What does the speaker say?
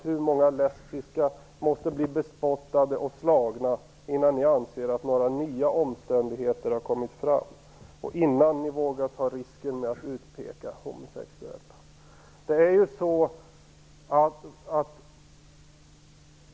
Hur många lesbiska måste bli bespottade och slagna innan ni anser att några nya omständigheter har kommit fram och innan ni vågar ta risken att utpeka homosexuella?